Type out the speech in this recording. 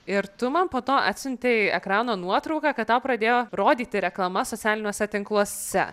ir tu man po to atsiuntei ekrano nuotrauką kad tau pradėjo rodyti reklamas socialiniuose tinkluose